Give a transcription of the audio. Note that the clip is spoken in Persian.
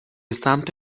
سمت